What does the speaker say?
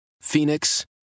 Phoenix